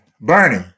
Bernie